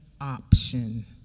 option